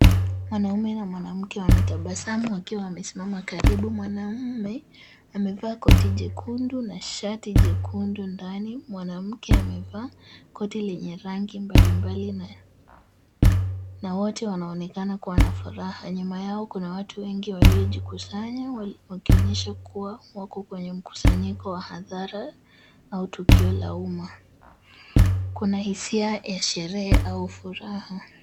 Mwanaume na mwanamke wanatabasamu wakiwa wamesimama karibu. Mwanamme amevaa koti jekundu na shati jekundu ndani, mwanamke amevaa koti lenye rangi mbalimbali na wote wanaonekana kuwa na furaha. Nyuma yao kuna watu wengi waliojikusanya wakionyesha kuwa wako kwenye mkusanyiko wa hadhara au tukio la umma. Kuna hisia ya sherehe au furaha.